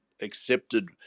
accepted